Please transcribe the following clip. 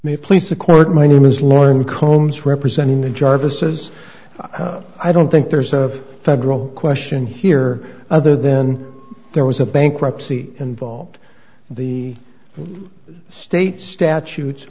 it please the court my name is lauren combs representing the jarvis's i don't think there's a federal question here other than there was a bankruptcy involved the state statutes